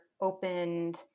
opened